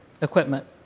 equipment